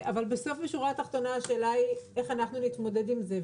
אבל בשורה התחתונה השאלה היא איך אנחנו נתמודד עם זה.